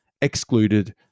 excluded